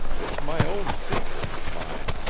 it's my own secret, mind.